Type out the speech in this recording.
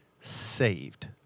saved